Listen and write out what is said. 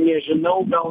nežinau gal